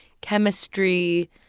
chemistry